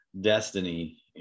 destiny